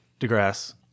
DeGrasse